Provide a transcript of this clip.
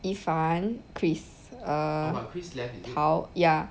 yifan kris uh tao ya